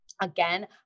Again